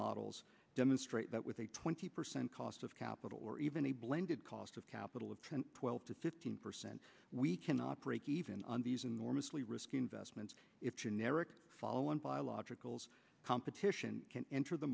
models demonstrate that with a twenty percent cost of capital or even a blended cost of capital of ten twelve to fifteen percent we cannot break even on these enormously risky investments if generic follow on biologicals competition can enter the